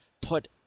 put